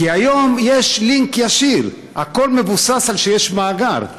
כי היום יש לינק ישיר, הכול מבוסס על זה שיש מאגר.